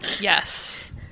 Yes